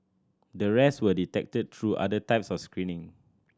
the rest were detected through other types of screening